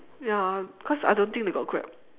ya cause I don't think they got grab